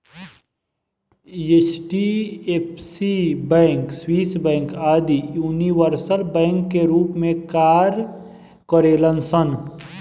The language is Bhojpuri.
एच.एफ.सी बैंक, स्विस बैंक आदि यूनिवर्सल बैंक के रूप में कार्य करेलन सन